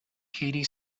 katie